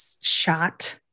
shot